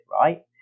right